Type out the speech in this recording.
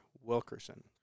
Wilkerson